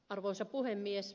arvoisa puhemies